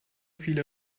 viele